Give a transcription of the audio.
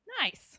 Nice